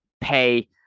pay